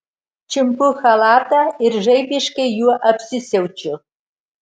čiumpu chalatą ir žaibiškai juo apsisiaučiu